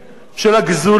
של הגזולים,